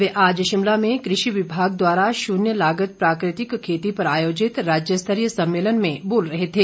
वे आज शिमला में कृषि विभाग द्वारा शून्य लागत प्राकृतिक खेती पर आयोजित राज्य स्तरीय सम्मेलन में बोल रहे थे